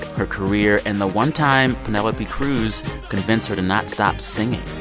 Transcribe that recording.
her career and the one time penelope cruz convinced her to not stop singing.